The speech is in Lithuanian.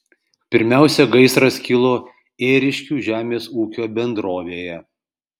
pirmiausia gaisras kilo ėriškių žemės ūkio bendrovėje